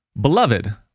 Beloved